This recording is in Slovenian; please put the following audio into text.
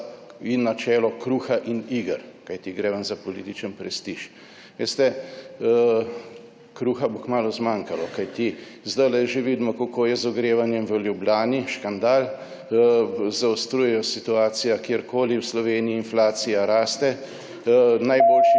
za načelo kruha in iger, kajti gre vam za političen prestiž, veste, kruha bo kmalu zmanjkalo, kajti zdajle že vidimo, kako je z ogrevanjem v Ljubljani, škandal. Zaostruje se situacija kjerkoli v Sloveniji, inflacija raste, najboljši podjetniki